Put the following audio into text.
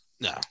No